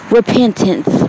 repentance